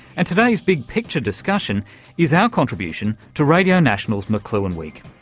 and today's big picture discussion is our contribution to radio national's mcluhan week,